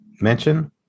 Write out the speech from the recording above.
mention